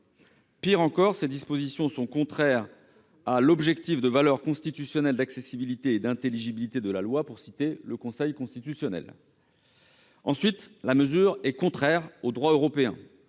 Pis encore, ces dispositions sont contraires à l'objectif de valeur constitutionnelle « d'accessibilité et d'intelligibilité de la loi », pour citer le Conseil constitutionnel. Ensuite, cette mesure est contraire au droit européen.